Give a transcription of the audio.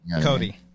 Cody